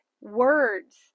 words